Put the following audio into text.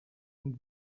and